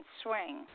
swing